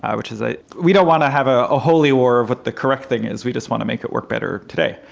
which is ah we don't want to have a holy war of what the correct thing is, we just want to make it work better today.